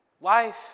Life